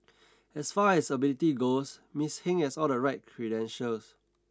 as far as ability goes Miss Hing has all the right credentials